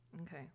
Okay